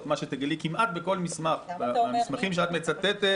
מה שתגלי כמעט בכל מסמך מהמסמכים שאת מצטטת,